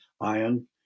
iron